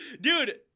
Dude